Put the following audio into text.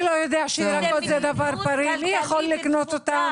זה מציאות כלכלית.